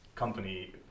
company